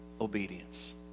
obedience